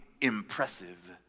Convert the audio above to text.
impressive